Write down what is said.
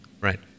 Right